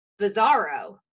bizarro